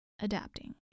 adapting